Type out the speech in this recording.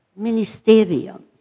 ministerium